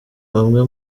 bamwe